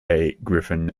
griffin